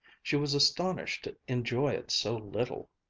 she was astonished to enjoy it so little.